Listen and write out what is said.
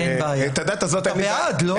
את הדת הזאת אין לי בעיה -- אתה בעד, לא?